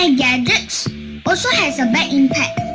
ah gadgets also has a bad impact.